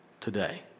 today